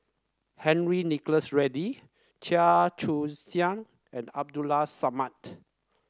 Henry Nicholas Ridley Chia Choo Suan and Abdulla Samad